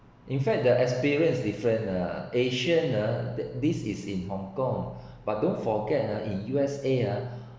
in fact the experience is different ah asian ah that this is in hong kong but don't forget in U_S_A ah